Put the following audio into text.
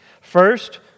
first